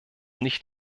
nicht